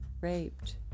raped